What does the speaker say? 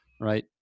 right